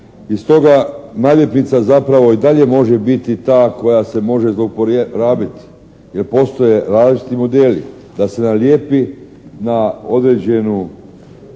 i stoga naljepnica zapravo i dalje može biti ta koja se može zlouporabiti jer postoje različiti modeli da se nalijepi na određenu